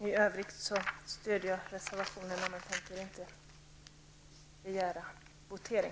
I övrigt stöder jag de andra reservationerna, men jag tänker inte begära votering.